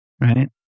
Right